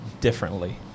differently